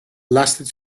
lasted